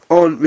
on